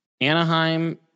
Anaheim